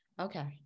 okay